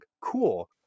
cool